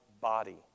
body